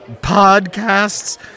Podcasts